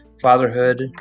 fatherhood